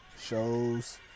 shows